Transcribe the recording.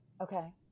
Okay